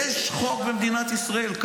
יש חוק כתוב במדינת ישראל.